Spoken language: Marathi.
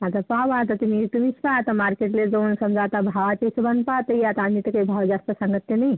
आता पाहा बा आता तुम्ही तुम्हीच पाहा आता मार्केटला जाऊन समजा आता भावाचे हिशोबानं पाहाताही आता आम्ही तर काही भाव जास्त सांगत तर नाही